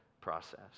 process